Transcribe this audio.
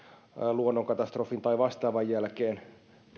luonnonkatastrofin tai vastaavan jälkeen